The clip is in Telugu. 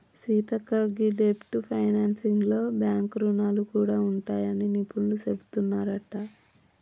సీతక్క గీ డెబ్ట్ ఫైనాన్సింగ్ లో బాంక్ రుణాలు గూడా ఉంటాయని నిపుణులు సెబుతున్నారంట